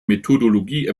methodologie